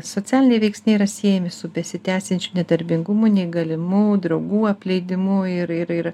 socialiniai veiksniai yra siejami su besitęsiančiu nedarbingumu neįgalimu draugų apleidimu ir ir ir